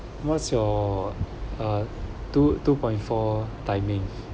what's your uh two two point four timings